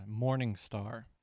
Morningstar